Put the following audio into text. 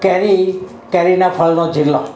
કેરી કેરીના ફળનો જિલ્લો